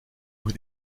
were